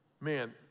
Man